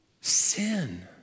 Sin